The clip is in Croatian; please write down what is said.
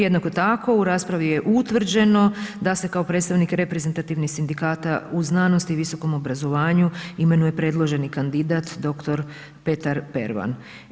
Jednako tako, u raspravi je utvrđeno da se kao predstavnik reprezentativnih sindikata u znanosti i visokom obrazovanju imenuje predloženi kandidat dr. Petar Pervan.